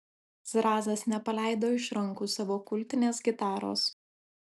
zrazas nepaleido iš rankų savo kultinės gitaros